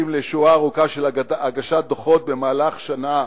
להגשת שורה ארוכה של דוחות במהלך שנה,